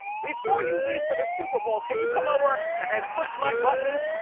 before you leave for the super bowl, can you come over and push my buttons?